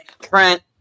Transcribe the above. Trent